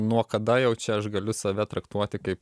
nuo kada jau čia aš galiu save traktuoti kaip